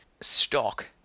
stock